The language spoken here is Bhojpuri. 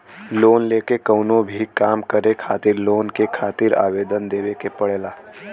लोन लेके कउनो भी काम करे खातिर लोन के खातिर आवेदन देवे के पड़ला